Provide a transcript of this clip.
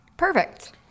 Perfect